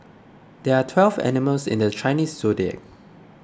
there are twelve animals in the Chinese zodiac